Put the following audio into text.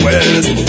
West